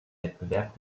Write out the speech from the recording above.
wettbewerb